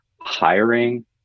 hiring